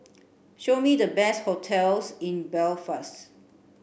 show me the best hotels in Belfast